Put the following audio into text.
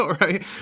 right